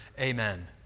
Amen